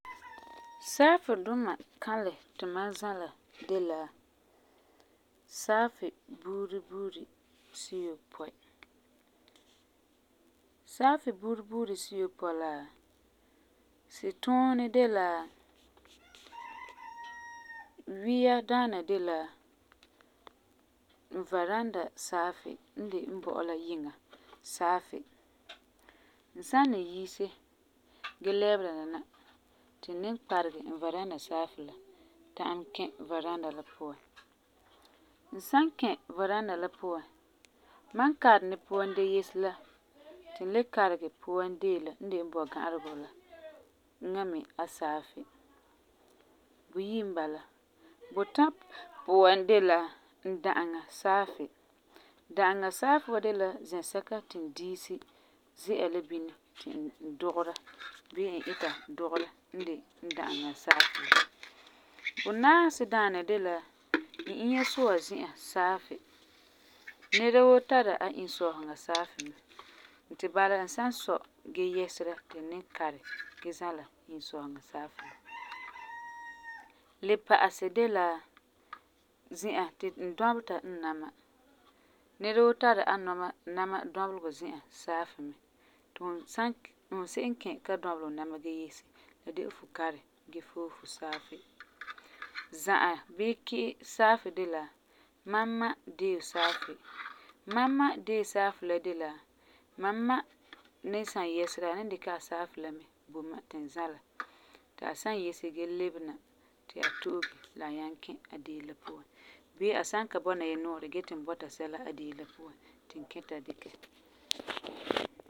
Saafi duma buuri buuri kãlɛ ti mam zãla de la saafi duma siyopɔi. Saafi buuri buuri siyopɔi la, si tuunɛ de la: Wia daana de la n varanda saafi n de n bɔ'ɔ la yiŋa saafi. N san ni yise gee ni lɛbera na ti n ni kparegɛ varanda saafi la ta'am kɛ varanda la puan, n san kɛ varanda la puan, mam karɛ ni puan la dee yese la ti n le kparegɛ puan deo la n de n bɔga'aregɔ la, eŋa me a saafi, buyi n bala. Butã puan de la n da'aŋa saafi, da'aŋa saafi wa de la zɛsɛka ti n diisi zi'a la bini ti n dugera bii n ita dugera n de n da'aŋa saafi. Bunaasi daana de la n inya sua zi'an saafi. Nera woo tari a insɔɔseŋa saafi mɛ, ti bala la n san sɔ' gee yɛsera ti n kparɛ gee zala n insɔɔseŋa saafi la. Le pa'asɛ de la, zi'an ti n dɔbeta n nama. Nɛra woo tari a nɔma nama dɔbelegɔ zi'an saafi mɛ ti fum san se'em n kɛ ta dɔbelɛ fu nama gee yese, la de e fu kparɛ gee fooge fu saafi. Za'a bii ki'i saafi de la mam ma deo saafi. Mam ma deo saafi la de la mam ma ni san yɛsera a ni dikɛ a saafi la mɛ bo mam ti n zala, ti a san yese gee lebe na, ti a to'ege la a nyaŋɛ kɛ a deo la puan bii a san ka bɔna gee ti n bɔta sɛla a deo la puan ti n kɛ ta dikɛ.